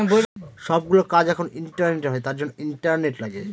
সব গুলো কাজ এখন ইন্টারনেটে হয় তার জন্য ইন্টারনেট লাগে